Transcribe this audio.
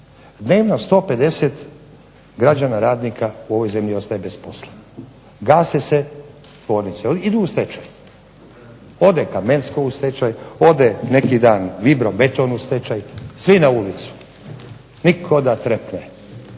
dnevno 150 građana, radnika u ovoj zemlji ostaje bez posla, gase se tvornice, idu u stečaj. Ode Kamensko u stečaj, ode neki dan Vibrobeton u stečaj, svi na ulicu. Nitko da trepne,